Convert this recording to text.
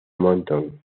mountain